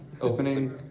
opening